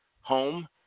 home